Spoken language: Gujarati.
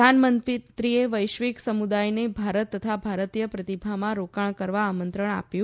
પ્રધાનમંત્રીએ વૈશ્વિક સમુદાયને ભારત તથા ભારતીય પ્રતિભામાં રોકાણ કરવા આમંત્રણ આપ્યું